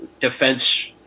defense